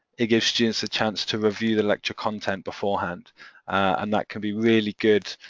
it gives students a chance to review the lecture content beforehand and that could be really good,